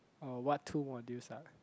uh what two modules are